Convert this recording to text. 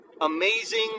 amazing